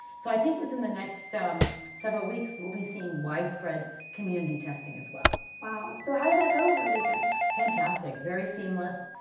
so i think within the next um several weeks we'll be seeing widespread community testing as well. wow. so how did that go over the weekend? fantastic. very seamless.